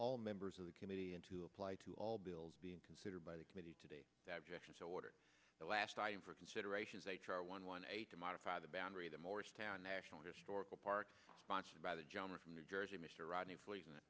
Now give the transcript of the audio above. all members of the committee and to apply to all bills being considered by the committee today the last item for considerations h r one one eight to modify the boundary the morristown national historical park sponsored by the gentleman from new jersey mr rodney le